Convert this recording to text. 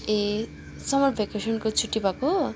ए summer भेकेसनको छुट्टी भएको